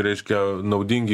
reiškia naudingi